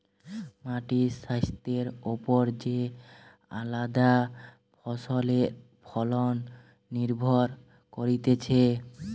মাটির স্বাস্থ্যের ওপর যে আলদা ফসলের ফলন নির্ভর করতিছে